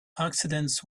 accidents